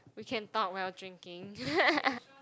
we can talk while drinking